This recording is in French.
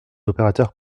opérateurs